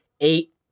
eight